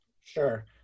Sure